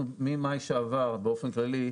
אנחנו ממאי שעבר, באופן כללי,